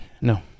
No